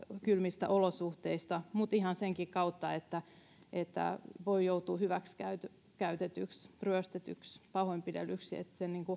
kylmistä olosuhteista mutta ihan senkin kautta että että voi joutua hyväksikäytetyksi ryöstetyksi pahoinpidellyksi